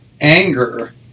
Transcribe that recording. anger